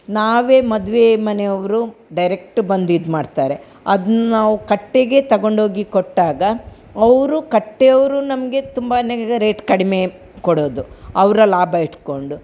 ನಾವೇ ಮದುವೆ ಮನೆಯವರು ಡೈರೆಕ್ಟ್ ಬಂದು ಇದು ಮಾಡ್ತಾರೆ ಅದ್ನ ನಾವು ಕಟ್ಟೆಗೆ ತಗೊಂಡೋಗಿ ಕೊಟ್ಟಾಗ ಅವರು ಕಟ್ಟೆಯವರು ನಮಗೆ ತುಂಬಾ ರೇಟ್ ಕಡಿಮೆ ಕೊಡೋದು ಅವರ ಲಾಭ ಇಟ್ಟುಕೊಂಡು